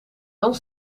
dan